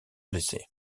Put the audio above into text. blessés